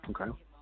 okay